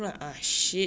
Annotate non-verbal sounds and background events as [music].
[noise]